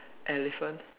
elephant